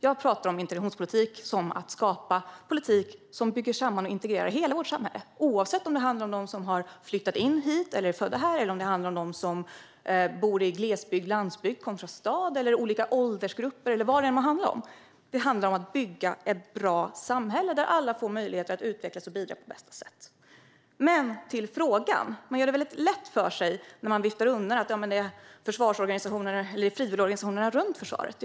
Jag pratar om integrationspolitik som en politik som bygger samman och integrerar hela vårt samhälle, oavsett om det handlar om dem som har flyttat hit eller är födda här, om dem som bor i glesbygd och landsbygd, om dem som kommer från staden eller om olika åldersgrupper. Det handlar om att bygga ett bra samhälle där alla får möjlighet att utvecklas och bidra på bästa sätt. Åter till min fråga: Man gör det väldigt lätt för sig när man viftar undan frågan om frivilligorganisationerna runt försvaret.